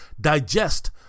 digest